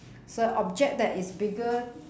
so object that is bigger